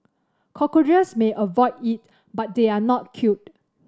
cockroaches may avoid it but they are not killed